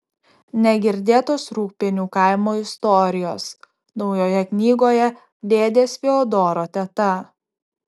negirdėtos rūgpienių kaimo istorijos naujoje knygoje dėdės fiodoro teta